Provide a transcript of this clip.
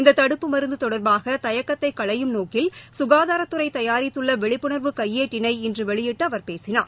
இந்த தடுப்பு மருந்து தொடர்பாக தயக்கத்தை களையும் நோக்கில் குகாதாரத்துறை தயாரித்துள்ள விழிப்புணர்வு கையேட்டினை இன்று வெளியிட்டு அவர் பேசினார்